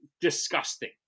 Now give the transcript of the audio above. Disgusting